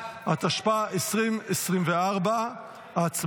התשפ"ה 2024. הצבעה.